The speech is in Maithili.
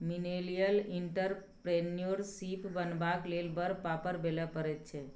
मिलेनियल एंटरप्रेन्योरशिप बनबाक लेल बड़ पापड़ बेलय पड़ैत छै